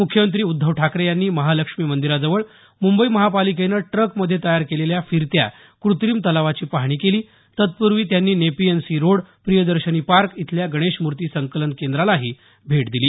मुख्यमंत्री उद्धव ठाकरे यांनी महालक्ष्मी मंदिराजवळ मुंबई महानगरपालिकेनं ट्कमध्ये तयार केलेल्या फिरत्या कृत्रिम तलावाची पाहणी केली तत्पूर्वी त्यांनी Nepean sea road Priyadarshini park इथल्या गणेश मूर्ती संकलन केंद्रालाही भेट दिली